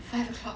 five o'clock